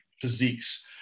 physiques